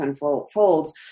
unfolds